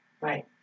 Right